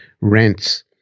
rents